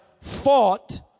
fought